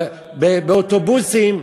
באוטובוסים,